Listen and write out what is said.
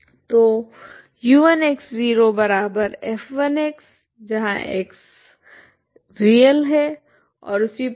तो ओर इसी प्रकार